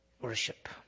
Worship